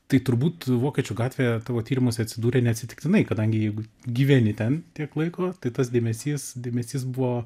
tai turbūt vokiečių gatvėje tavo tyrimas atsidūrė neatsitiktinai kadangi jeigu gyveni ten tiek laiko tai tas dėmesys dėmesys buvo